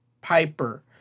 Piper